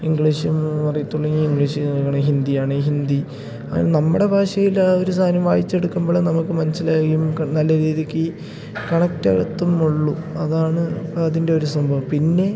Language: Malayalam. ഇംഗ്ലീഷും അറിയത്തുള്ളേ ഇംഗ്ലീഷ് കേൾക്കണം ഹിന്ദിയാണേ ഹിന്ദി അതിന് നമ്മുടെ ഭാഷയിലാണ് ഒരു സാധനം വായിച്ചെടുക്കുമ്പോൾ നമുക്ക് മനസ്സിലായും ക നല്ല രീതിക്ക് കണക്റ്റാകത്തുള്ളു അതാണ് അതിൻറ്റൊരു സംഭവം പിന്നേ